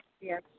Yes